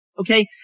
Okay